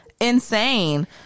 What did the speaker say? insane